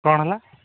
କ'ଣ ହେଲା